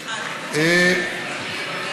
סליחה, אני מתנצלת.